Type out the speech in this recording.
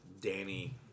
Danny